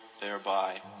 thereby